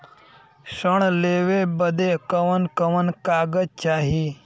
ऋण लेवे बदे कवन कवन कागज चाही?